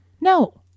no